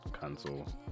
cancel